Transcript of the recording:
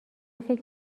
فکر